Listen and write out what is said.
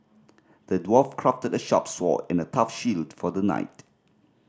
the dwarf crafted a sharp sword and a tough shield for the knight